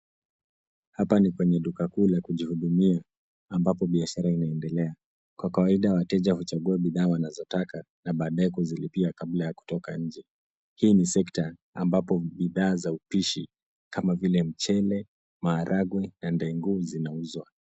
Hapa ni kwenye duka kuu la kujihudumia ambapo biashara inaendelea. Kwa kawaida wateja wanachagua bidhaa wanazotaka na baadae kuzilipia kabla ya kutoka nje. Hii ni sekta ambapo bidhaa za upishi kama vile mchele, maharagwe na ndengu zinauzwa.